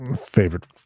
favorite